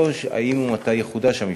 3. האם יחודש המבצע,